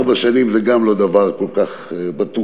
גם ארבע שנים זה לא דבר כל כך בטוח.